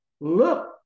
Look